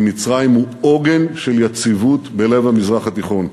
עם מצרים, הוא עוגן של יציבות בלב המזרח התיכון.